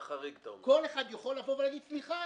כל אחד יכול לבוא ולהגיד סליחה,